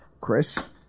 Chris